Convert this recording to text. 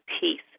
peace